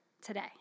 today